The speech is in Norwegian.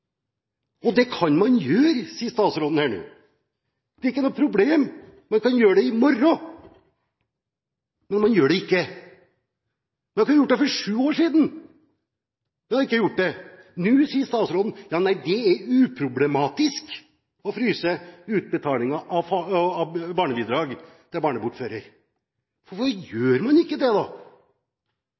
og det kan man gjøre, sier statsråden her nå. Det er ikke noe problem, man kan gjøre det i morgen. Men man gjør det ikke. Man kunne gjort det for sju år siden. Men man har ikke gjort det. Nå sier statsråden: Nei, det er uproblematisk å fryse utbetalingen av barnebidrag til barnebortfører. Hvorfor gjør man ikke det, da?